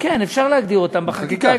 כן, אפשר להגדיר אותם, בחקיקה.